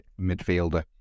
midfielder